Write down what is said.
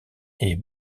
est